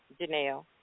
Janelle